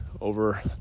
over